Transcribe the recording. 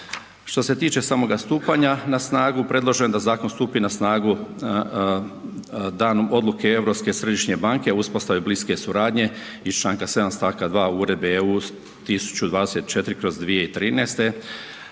Što se tiče samoga stupanja na snagu, predlažem da zakon stupi na snagu danom Odluke Europske središnje banke o uspostavi bliske suradnje iz čl. 7 st. 2 Uredbe EU 1024/2013.